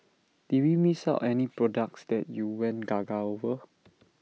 did we miss out any products that you went gaga over